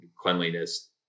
cleanliness